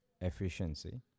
efficiency